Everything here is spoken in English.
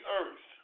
earth